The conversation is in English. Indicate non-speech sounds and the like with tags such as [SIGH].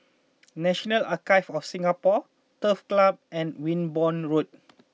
[NOISE] National Archives of Singapore Turf Club and Wimborne Road